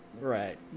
Right